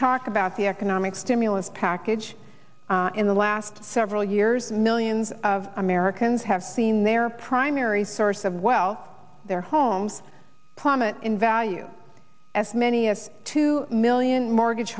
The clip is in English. talk about the economic stimulus package in the last several years millions of americans have seen their primary source of well their homes plummet in value as many as two million mortgage